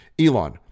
Elon